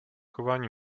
chování